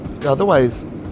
otherwise